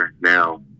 now